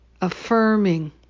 affirming